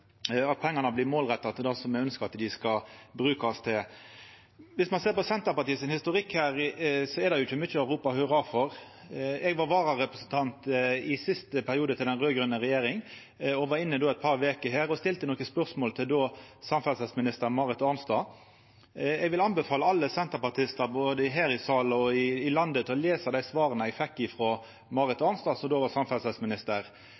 at pengane blir målretta til det som me ønskjer at dei skal brukast til. Om ein ser på historikken til Senterpartiet her, er det ikkje mykje å ropa hurra for. Eg var vararepresentant i den siste perioden til den raud-grøne regjeringa og var inne her eit par veker og stilte då nokre spørsmål til samferdselsminister Marit Arnstad. Eg vil anbefala alle senterpartistar både her i salen og i landet til å lesa dei svara eg fekk frå Marit